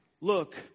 Look